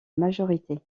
majorité